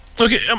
Okay